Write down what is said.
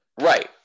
Right